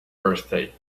birthday